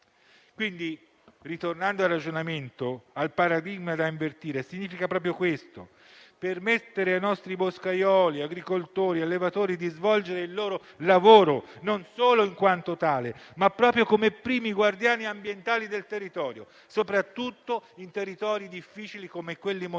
incendi. Ritornando allora al ragionamento e al paradigma da invertire, significa proprio permettere ai nostri boscaioli, agricoltori e allevatori di svolgere il loro lavoro non solo in quanto tale, ma proprio come primi guardiani ambientali del territorio, soprattutto in territori difficili come quelli montani